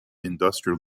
industrial